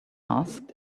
asked